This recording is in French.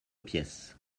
pièce